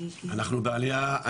אנחנו בעלייה,